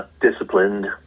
Disciplined